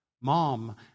Mom